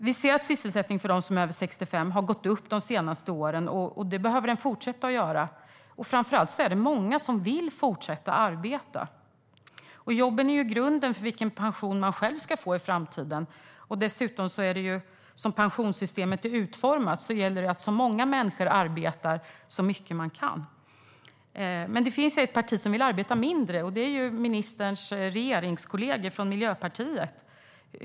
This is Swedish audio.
Vi ser att sysselsättningen för dem som är över 65 har gått upp de senaste åren. Det behöver den fortsätta göra. Framför allt är det många som vill fortsätta arbeta. Jobben är grunden för vilken pension man ska få i framtiden. Som pensionssystemet är utformat gäller det dessutom att många människor arbetar så mycket de kan. Men det finns ett parti som vill arbeta mindre. Det är ministerns regeringskollegor, Miljöpartiet.